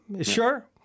sure